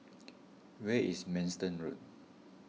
where is Manston Road